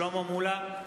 שלמה מולה,